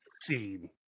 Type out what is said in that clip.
scene